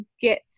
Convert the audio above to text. get